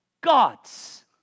God's